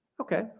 Okay